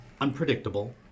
unpredictable